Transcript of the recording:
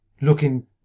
looking